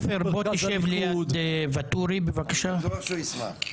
דעתו אז בוודאי שאנחנו לא נרצה אדם כזה יוביל את הממשלה.